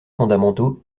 fondamentaux